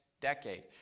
decade